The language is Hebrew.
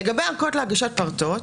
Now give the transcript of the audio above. לגבי הארכות להגשת פרטות,